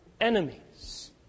enemies